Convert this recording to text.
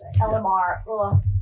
LMR